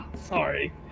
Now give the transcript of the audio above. Sorry